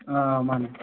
ꯑꯥ ꯃꯥꯟꯅꯦ